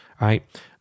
right